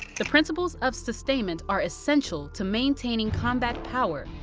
the principles of sustainment are essential to maintaining combat power,